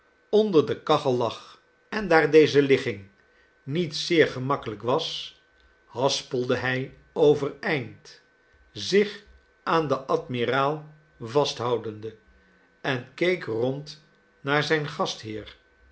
onder de kachel lag en daar deze ligging niet zeer gemakkelijk was haspelde hij overeind zich aan den admiraal vasthoudende en keek rond naar zijn gastheer